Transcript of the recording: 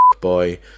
boy